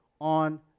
on